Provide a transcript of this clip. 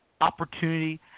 opportunity